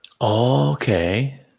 Okay